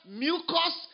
mucus